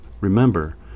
remember